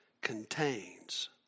contains